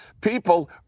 People